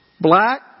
black